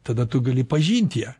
tada tu gali pažint ją